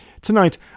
Tonight